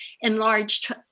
enlarged